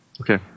Okay